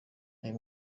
ayo